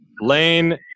lane